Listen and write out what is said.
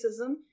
racism